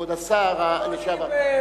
כבוד השר לשעבר.